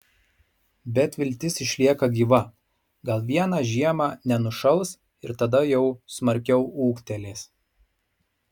bet viltis išlieka gyva gal vieną žiemą nenušals ir tada jau smarkiau ūgtelės